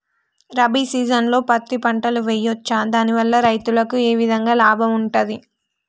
రబీ సీజన్లో పత్తి పంటలు వేయచ్చా దాని వల్ల రైతులకు ఏ విధంగా లాభం ఉంటది?